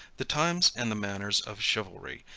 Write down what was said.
the times and the manners of chivalry,